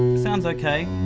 um sounds okay,